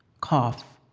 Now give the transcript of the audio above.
cough.